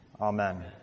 amen